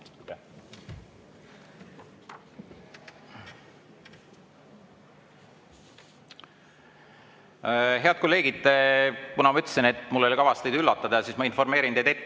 Head kolleegid! Kuna ma ütlesin, et mul ei ole kavas teid üllatada, siis ma informeerin teid ette,